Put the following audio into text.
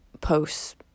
posts